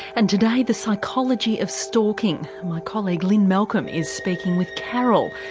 and today the psychology of stalking my colleague lynne malcolm is speaking with carol.